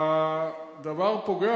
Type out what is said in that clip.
הדבר פוגע,